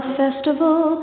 festival